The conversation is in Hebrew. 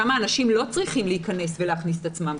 שם אנשים לא צריכים להיכנס לאתר ולרשום את עצמם,